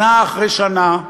שנה אחרי שנה,